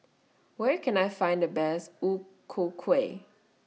Where Can I Find The Best O Ku Kueh